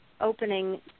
opening